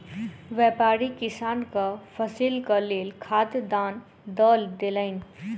व्यापारी किसानक फसीलक लेल खाद दान दअ देलैन